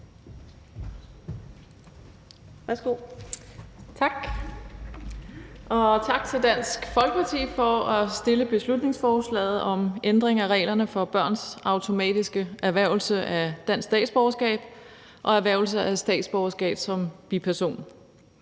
tak til Dansk Folkeparti for at fremsætte beslutningsforslaget om en ændring af reglerne for børns automatiske erhvervelse af dansk statsborgerskab og erhvervelse af statsborgerskab som biperson.